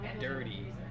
dirty